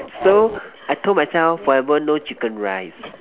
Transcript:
so I told myself forever no chicken rice